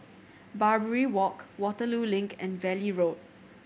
Barbary Walk Waterloo Link and Valley Road